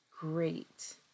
Great